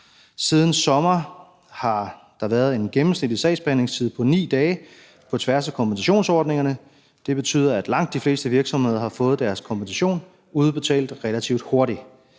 Siden sommer har der været en gennemsnitlig sagsbehandlingstid på 9 dage på tværs af kompensationsordningerne. Det betyder, at langt de fleste virksomheder har fået deres kompensation udbetalt relativt hurtigt.